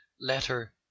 Letter